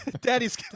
Daddy's